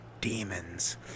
demons